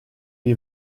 gli